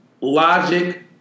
Logic